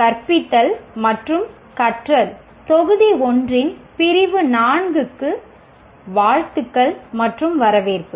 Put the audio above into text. கற்பித்தல் மற்றும் கற்றல் தொகுதி 1 இன் பிரிவு 4 க்கு வாழ்த்துக்கள் மற்றும் வரவேற்பு